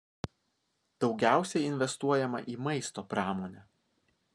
daugiausiai investuojama į maisto pramonę